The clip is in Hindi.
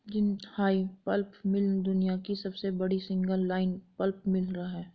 जिनहाई पल्प मिल दुनिया की सबसे बड़ी सिंगल लाइन पल्प मिल है